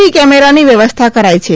વી કેમેરાની વ્યવસ્થા કરાઈ છે